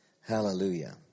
Hallelujah